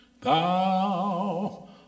thou